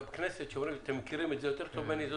בכנסת אתם מכירים את זה יותר טוב ממני,